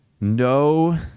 no